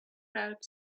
crowd